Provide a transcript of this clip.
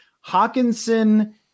Hawkinson